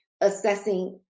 assessing